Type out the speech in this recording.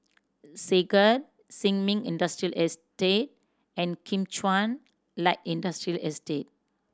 Segar Sin Ming Industrial Estate and Kim Chuan Light Industrial Estate